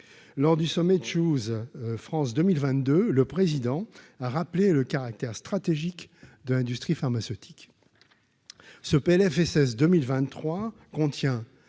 lors du sommet choose, France 2022, le président a rappelé le caractère stratégique de l'industrie pharmaceutique ce PLFSS 2023 contient